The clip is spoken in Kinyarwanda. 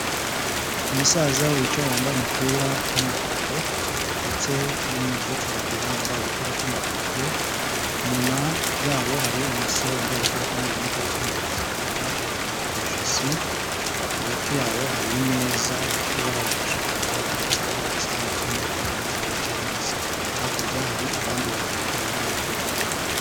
Umusaza wicaye wambaye umupira w'umuhondo ndetse n'umukecuru bateganya wambaye agapira k'umutuku, inyuma yabo hari umusore wambaye agapira k'umweru n'ikarita iranga akazi bakora mu ijosi. Hagati yabo hari imeza ifite ibara rya shokora iteretseho udusarane turimo ibiryo n'ikirahuri cy'amazi, hakurya hari abandi bantu nabo bari kurya.